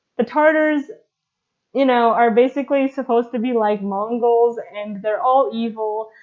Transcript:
the tartars you know are basically supposed to be like mongols and they're all evil.